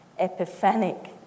epiphanic